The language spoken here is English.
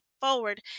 forward